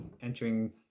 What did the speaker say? entering